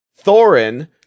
Thorin